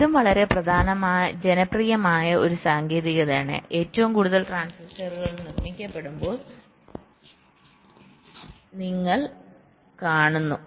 ഇതും വളരെ ജനപ്രിയമായ ഒരു സാങ്കേതികതയാണ് ഏറ്റവും കൂടുതൽ ട്രാൻസിസ്റ്ററുകൾ നിർമ്മിക്കപ്പെടുമ്പോൾ നിങ്ങൾ കാണുന്നു